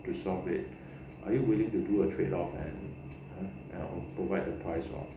to solve it are you willing to do a trade off and provide the price lor